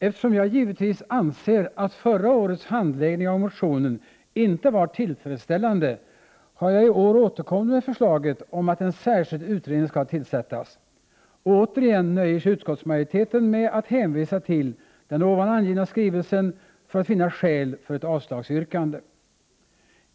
Eftersom jag givetvis anser att förra årets handläggning av motionen inte var tillfredsställande, har jag i år återkommit med förslaget om att en särskild utredning skall tillsättas. Och återigen nöjer sig utskottsmajoriteten med att hänvisa till den nyss nämnda skrivelsen för att finna skäl för ett avslagsyrkande.